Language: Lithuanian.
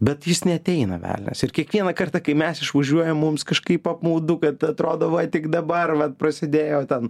bet jis neateina velnias ir kiekvieną kartą kai mes išvažiuojam mums kažkaip apmaudu kad atrodo va tik dabar vat prasidėjo ten